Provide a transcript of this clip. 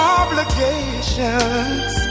obligations